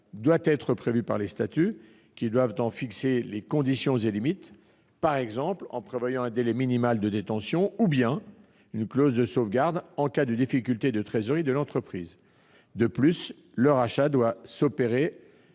doit être prévue par les statuts, qui doivent en fixer les conditions et limites, par exemple en prévoyant un délai minimal de détention ou bien une clause de sauvegarde en cas de difficulté de trésorerie de l'entreprise. De plus, le rachat doit s'opérer